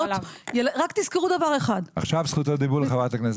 עכשיו זכות הדיבור לחברת הכנסת גוטליב.